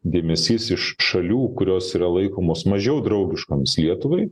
dėmesys iš šalių kurios yra laikomos mažiau draugiškoms lietuvai